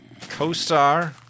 CoStar